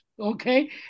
okay